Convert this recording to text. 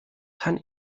kann